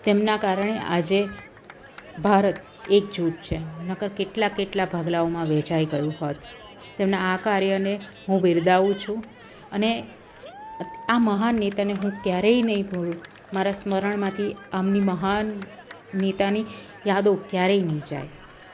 તેમના કારણે આજે ભારત એકજૂથ છે નહીંતર કેટલા કેટલા ભાગલાઓમાં વહેંચાઈ ગયું હોત તેમના આ કાર્યને હું બિરદાવું છું અને આ મહાન નેતાને હું ક્યારેય નહીં ભૂલું મારા સ્મરણમાંથી આમની મહાન નેતાની યાદો ક્યારેય નહીં જાય